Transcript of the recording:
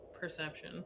perception